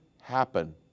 happen